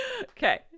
Okay